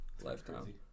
lifetime